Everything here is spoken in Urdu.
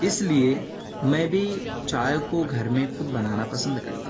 اس لیے میں بھی چائے کو گھر میں خود بنانا پسند کرتا ہوں